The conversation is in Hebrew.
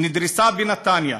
נדרסה בנתניה.